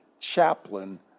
chaplain